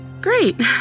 Great